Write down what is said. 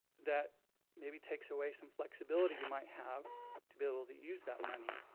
that maybe takes away some flexibility you might have to be able to use that money.